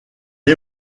est